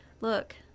look